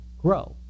grow